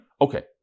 okay